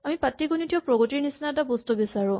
আমি পাটীগণিতীয় প্ৰগতিৰ নিচিনা এটা বস্তু বিচাৰো